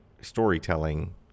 storytelling